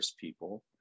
people